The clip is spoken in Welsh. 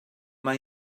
mae